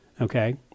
Okay